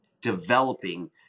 developing